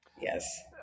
Yes